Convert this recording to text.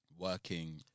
Working